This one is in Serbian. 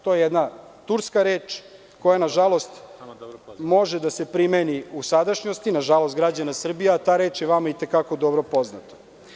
To je jedna turska reč koja, nažalost, može da se primeni u sadašnjosti, na žalost građana Srbije, a ta reč je vama i te kako dobro poznata.